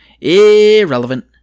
irrelevant